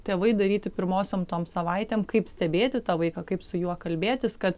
tėvai daryti pirmosiom tom savaitėm kaip stebėti tą vaiką kaip su juo kalbėtis kad